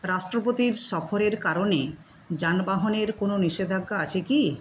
রাষ্ট্রপতির সফরের কারণে যানবাহনের কোনো নিষেধাজ্ঞা আছে কি